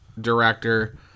director